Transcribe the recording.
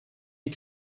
die